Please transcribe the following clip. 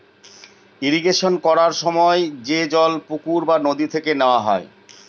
irrigation করার সময় যে জল পুকুর বা নদী থেকে নেওয়া হয়